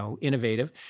innovative